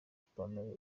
ipantaro